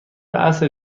عصر